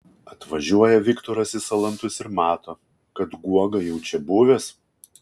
atvažiuoja viktoras į salantus ir mato kad guoga jau čia buvęs